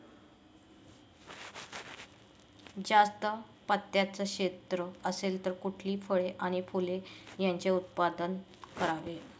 जास्त पात्याचं क्षेत्र असेल तर कुठली फळे आणि फूले यांचे उत्पादन करावे?